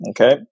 Okay